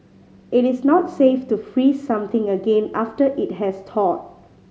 it is not safe to freeze something again after it has thawed